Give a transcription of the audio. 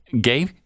gay